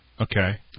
Okay